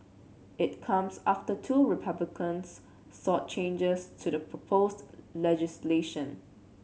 it comes after two Republicans sought changes to the proposed legislation